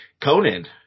Conan